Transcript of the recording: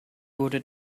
wurde